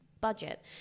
budget